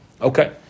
Okay